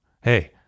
Hey